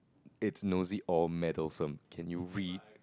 it's nosy or meddlesome can you read